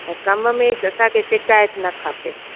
ऐं कम में असांखे शिकायत न खपे